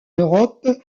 europe